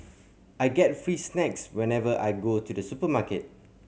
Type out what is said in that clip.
I get free snacks whenever I go to the supermarket